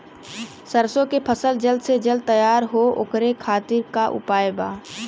सरसो के फसल जल्द से जल्द तैयार हो ओकरे खातीर का उपाय बा?